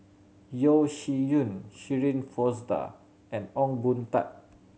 Yeo Shih Yun Shirin Fozdar and Ong Boon Tat